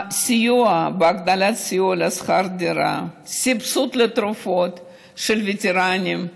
הגדלת סיוע בשכר דירה, סבסוד לתרופות של וטרנים,